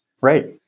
Right